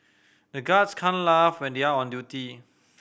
the guards can't laugh when they are on duty